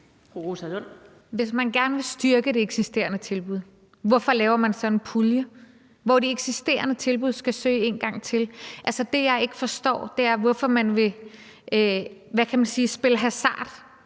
Hvis man gerne vil styrke de eksisterende tilbud, hvorfor laver man så en pulje, hvor de eksisterende tilbud skal søge en gang til? Altså, det, jeg ikke forstår, er, hvorfor man vil – hvad